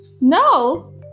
No